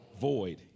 Void